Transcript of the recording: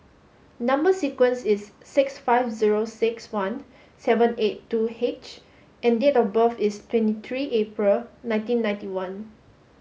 number sequence is six five zero six one seven eight two H and date of birth is twenty three April nineteen ninety one